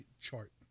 chart